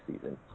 season